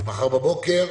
מחר בבוקר,